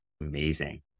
amazing